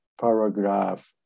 paragraph